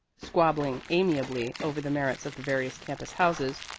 squabbling amiably over the merits of the various campus houses,